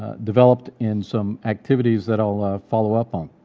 developed in some activities that i'll follow up on.